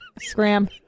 scram